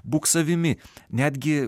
būk savimi netgi